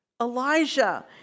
Elijah